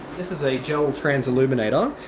this is a gel transilluminator,